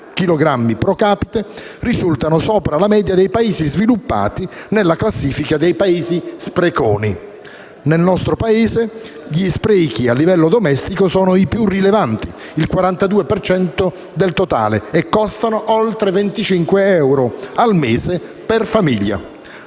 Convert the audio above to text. chilogrammi *pro capite*, risultano sopra la media dei Paesi sviluppati nella classifica dei Paesi spreconi. Nel nostro Paese gli sprechi a livello domestico sono i più rilevanti, il 42 per cento del totale, e costano oltre 25 euro al mese a famiglia.